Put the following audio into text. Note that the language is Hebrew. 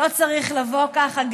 לא צריך לבוא ככה.